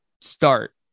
start